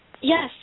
Yes